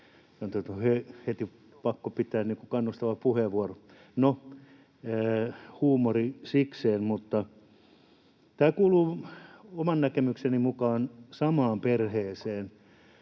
heti pakko pitää kannustava puheenvuoro. No, huumori sikseen, mutta tämä kuuluu oman näkemykseni mukaan samaan perheeseen